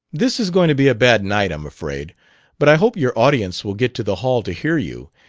this is going to be a bad night, i'm afraid but i hope your audience will get to the hall to hear you,